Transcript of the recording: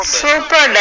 super